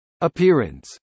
Appearance